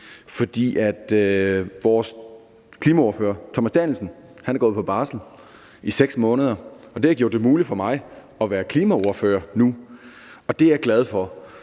for vores klimaordfører, Thomas Danielsen, er gået på barsel i 6 måneder, og det har gjort det muligt for mig at være klimaordfører. Det er jeg glad for.